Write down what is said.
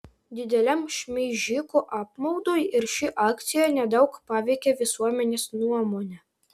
dideliam šmeižikų apmaudui ir ši akcija nedaug paveikė visuomenės nuomonę